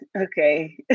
okay